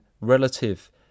relative